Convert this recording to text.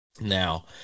Now